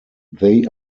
they